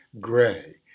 Gray